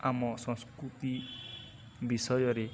ଆମ ସଂସ୍କୃତି ବିଷୟରେ